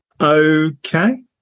Okay